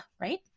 right